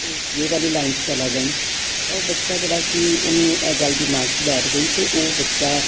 ਅਤੇ C A ਵਾਲੀ line 'ਚ ਚਲਾ ਜਾਈ ਤਾਂ ਉਹ ਬੱਚਾ ਜਿਹੜਾ ਸੀ ਉਹਨੂੰ ਇਹ ਗੱਲ ਦਿਮਾਗ 'ਚ ਬੈਠ ਗਈ ਅਤੇ ਉਹ ਬੱਚਾ